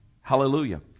Hallelujah